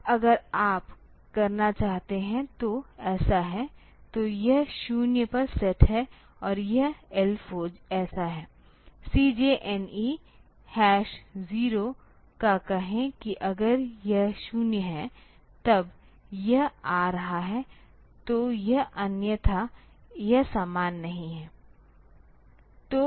अब अगर आप करना चाहते हैं तो ऐसा है तो यह 0 पर सेट है और यह L4 ऐसा है CJNE 0 का कहे कि अगर यह 0 है तब यह आ रहा है तो यह अन्यथा यह समान नहीं है